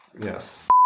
Yes